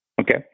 Okay